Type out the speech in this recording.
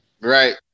Right